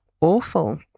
awful